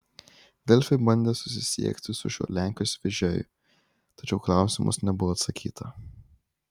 delfi bandė susisiekti su šiuo lenkijos vežėju tačiau į klausimus nebuvo atsakyta